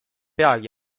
peagi